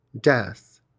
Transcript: death